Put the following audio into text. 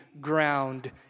ground